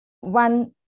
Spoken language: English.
one